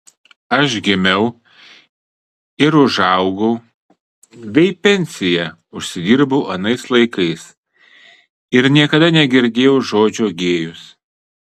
aš gimiau ir užaugau bei pensiją užsidirbau anais laikais ir niekada negirdėjau žodžio gėjus